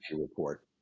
report